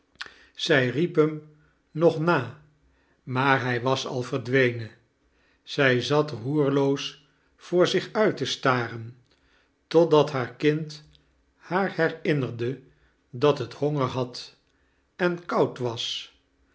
riep hem nog na maar hij was al verdwenen zij zat roerloos voor zich uit te staren totdat haar kind haar herinnerde dat het faonger had en koud was